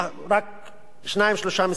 שניים-שלושה מספרים לסבר את האוזן,